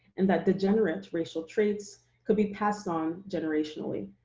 and that degenerate racial traits could be passed on generationally.